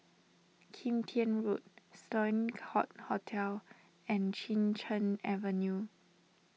Kim Tian Road Sloane Court Hotel and Chin Cheng Avenue